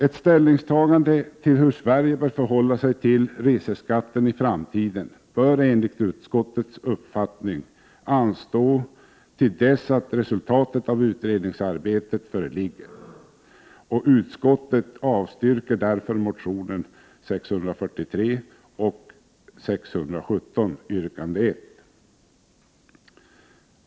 Ett ställningstagande till hur Sverige bör förhålla sig till reseskatten i framtiden bör enligt utskottets uppfattning anstå till dess att resultatet av utredningsarbetet föreligger. Utskottet avstyrker därför motion Sk643 och motion Sk617 yrkande 1.